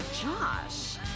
Josh